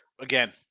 again